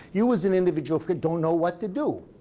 you, as an individual, don't know what to do.